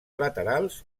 laterals